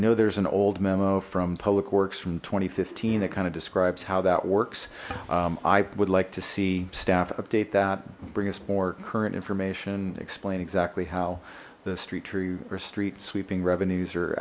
know there's an old memo from public works from two thousand and fifteen that kind of describes how that works i would like to see staff update that bring us more current information explain exactly how the street tree or street sweeping revenues are